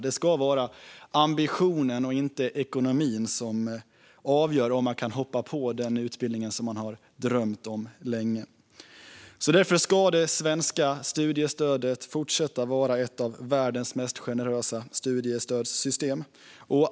Det ska vara ambitionen och inte ekonomin som avgör om man kan hoppa på den utbildning man har drömt om länge. Därför ska det svenska studiestödssystemet fortsätta vara ett av världens mest generösa.